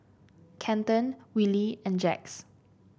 Kenton Willie and Jax